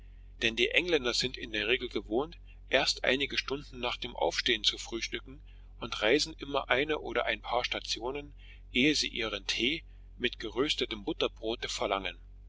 denn die engländer sind in der regel gewohnt erst einige stunden nach dem aufstehen zu frühstücken und reisen immer eine oder ein paar stationen ehe sie ihren tee mit geröstetem butterbrote verlangen